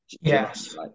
yes